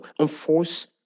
Enforce